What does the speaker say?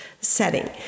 setting